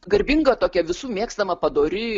garbinga tokia visų mėgstama padori